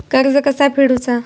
कर्ज कसा फेडुचा?